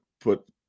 put